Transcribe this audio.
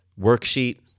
worksheet